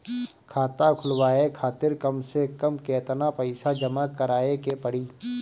खाता खुलवाये खातिर कम से कम केतना पईसा जमा काराये के पड़ी?